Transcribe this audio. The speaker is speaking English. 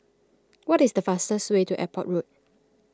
what is the fastest way to Airport Road